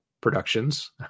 productions